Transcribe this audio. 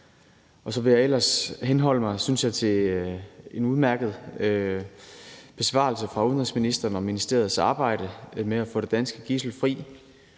Så vil jeg ellers henholde mig til den, synes jeg, udmærkede besvarelse fra udenrigsministeren om ministeriets arbejde med at få det danske gidsel fri